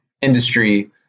industry